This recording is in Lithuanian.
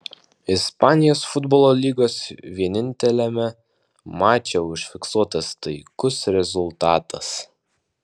ispanijos futbolo lygos vieninteliame mače užfiksuotas taikus rezultatas